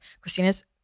Christina's